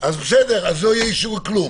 אז בסדר, לא יהיה אישור לכלום.